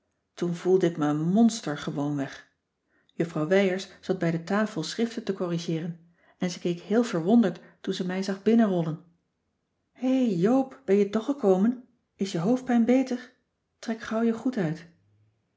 toen voelde ik me een monster gewoonweg juffrouw wijers zat bij de tafel schriften te corrigeeren en ze keek heel verwonderd toen ze mij zag binnenrollen hé joop ben je toch gekomen is je hoofdpijn beter trek gauw je goed uit